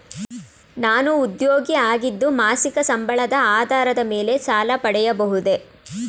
ನಾನು ಉದ್ಯೋಗಿ ಆಗಿದ್ದು ಮಾಸಿಕ ಸಂಬಳದ ಆಧಾರದ ಮೇಲೆ ಸಾಲ ಪಡೆಯಬಹುದೇ?